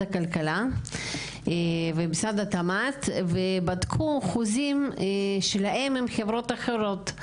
הכלכלה ובדקו אחוזים שלהן עם חברות אחרות.